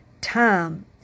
time